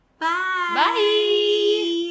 bye